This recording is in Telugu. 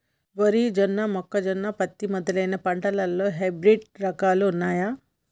వరి జొన్న మొక్కజొన్న పత్తి మొదలైన పంటలలో హైబ్రిడ్ రకాలు ఉన్నయా?